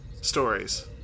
stories